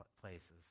places